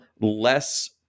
less